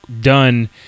done